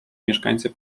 mieszkańcy